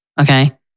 Okay